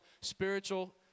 spiritual